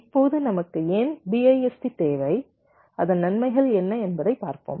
இப்போது நமக்கு ஏன் BIST தேவை அதன் நன்மைகள் என்ன என்பதை பார்ப்போம்